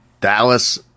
Dallas